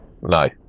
no